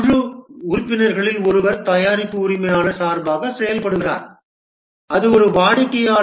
குழு உறுப்பினர்களில் ஒருவர் தயாரிப்பு உரிமையாளரின் சார்பாக செயல்படுகிறார் அது ஒரு வாடிக்கையாளர்